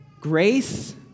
grace